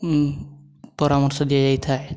ଉଁ ପରାମର୍ଶ ଦିଆଯାଇଥାଏ